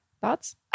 thoughts